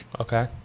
Okay